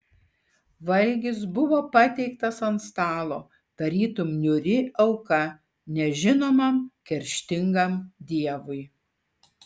valgis buvo patiektas ant stalo tarytum niūri auka nežinomam kerštingam dievui